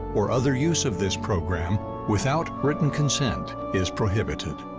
or other use of this program without written consent is prohibited.